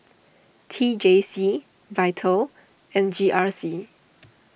T J C Vital and G R C